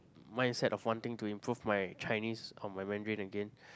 mindset of one thing to improve my Chinese or my Mandarin again